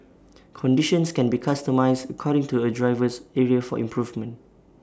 conditions can be customised according to A driver's area for improvement